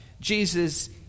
Jesus